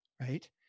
Right